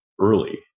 early